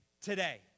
today